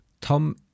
Tom